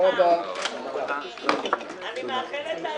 הישיבה ננעלה